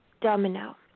domino